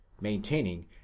maintaining